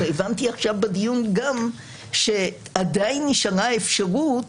הבנתי עכשיו בדיון שעדיין נשארה האפשרות